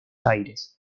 aires